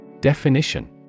Definition